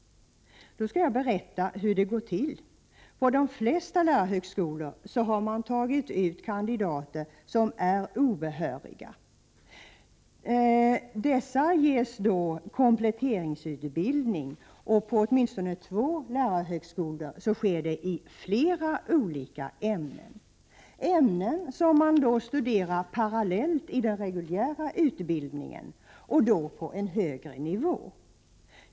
Då skall jag berätta hur det går till. På de flesta lärarhögskolor har man tagit ut kandidater som är obehöriga. Dessa ges kompletteringsutbildning. På åtminstone två lärarhögskolor sker det i flera olika ämnen, som man då studerar parallellt i den reguljära utbildningen på en högre nivå.